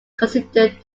considered